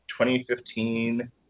2015